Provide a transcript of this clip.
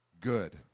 good